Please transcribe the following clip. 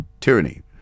tyranny